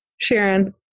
Sharon